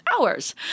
hours